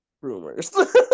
rumors